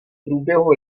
průběhu